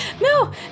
No